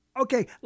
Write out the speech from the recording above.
Okay